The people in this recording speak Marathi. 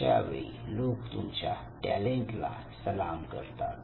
अशा वेळी लोक तुमच्या टॅलेंटला सलाम करतात